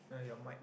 uh your mic